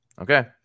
okay